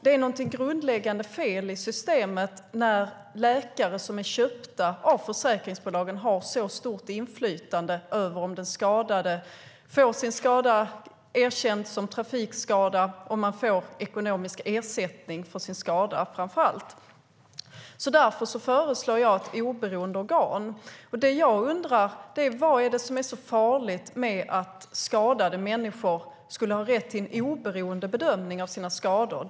Det är någonting grundläggande fel i systemet när läkare som är köpta av försäkringsbolagen har så stort inflytande över om den skadade får sin skada erkänd som trafikskada och framför allt över om man får ekonomisk ersättning för sin skada. Därför föreslår jag ett oberoende organ, och det jag undrar är: Vad är det som är så farligt med att skadade människor skulle ha rätt till en oberoende bedömning av sina skador?